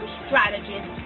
strategist